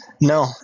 No